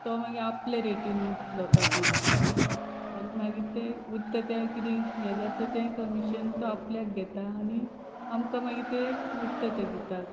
तो मागीर आपल्या रेटीन लोकांक विकता आनी मागीर ते उरता तें किदें हें जाता तें कमिशन तो आपल्याक घेता आनी आमकां मागीर ते उरता ते दितात